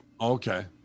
Okay